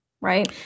right